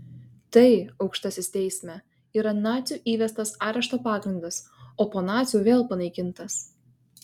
tai aukštasis teisme yra nacių įvestas arešto pagrindas o po nacių vėl panaikintas